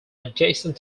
adjacent